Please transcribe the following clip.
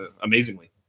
amazingly